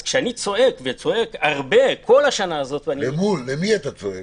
אז כאשר אני צועק כל השנה --- מול מי אתה צועק?